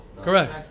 Correct